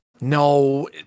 No